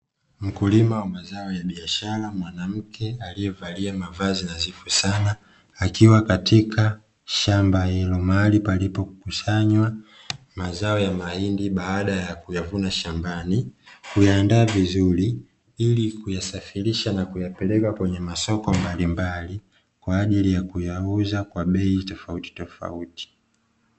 Mkulima wa mazao ya biashara mwanamke aliyevalia mavazi nadhifu sana akiwa katika shamba hilo mahali palipokusanywa mazao ya mahindi baada ya kuyavuna shambani, kuyaandaa vizuri ili kuyasafirisha na kuyapeleka kwenye masoko mbalimbali kwa ajili ya kuyauza kwa bei tofautitofauti.